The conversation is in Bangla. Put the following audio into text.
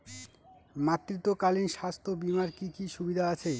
মাতৃত্বকালীন স্বাস্থ্য বীমার কি কি সুবিধে আছে?